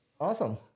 Awesome